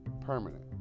permanent